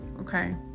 okay